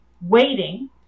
waiting